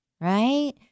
right